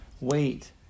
wait